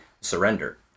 surrender